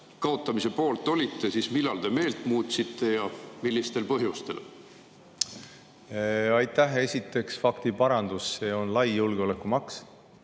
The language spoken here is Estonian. kaotamise poolt olite, siis millal te meelt muutsite ja millistel põhjustel? Aitäh! Esiteks parandus: see on lai julgeolekumaks.